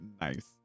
Nice